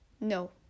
No